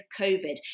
COVID